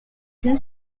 two